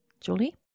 Julie